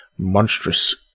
monstrous